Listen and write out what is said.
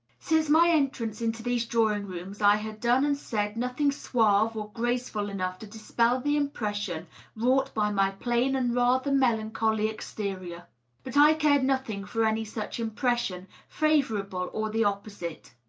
since my entrance into these drawing-rooms i had done and said nothing suave or graceful enough to dispel the impression wrought by my plain and rather melancholy exterior. but i cared nothing for any such impression, favorable or the opposite.